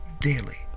daily